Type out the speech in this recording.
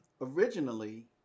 originally